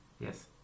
Yes